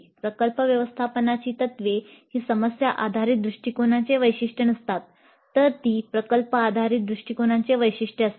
प्रकल्प व्यवस्थापनाची तत्त्वे ही समस्या आधारित दृष्टिकोनाचे वैशिष्ट्य नसतात तर ती प्रकल्प आधारित दृष्टिकोनाचे वैशिष्ट्य असतात